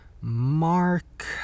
Mark